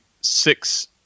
six